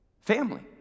Family